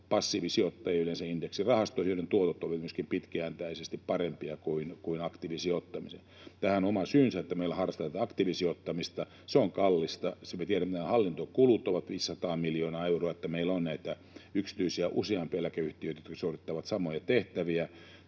passiivisijoittajia indeksirahastoon, joiden tuotot olivat myöskin pitkäjänteisesti parempia kuin aktiivisijoittamisen. Tähän on oma syynsä, että meillä harrastetaan tätä aktiivisijoittamista. Se on kallista, sen me tiedämme, ja hallintokulut ovat 500 miljoonaa euroa, että meillä on näitä yksityisiä, useampia eläkeyhtiöitä, jotka suorittavat samoja tehtäviä.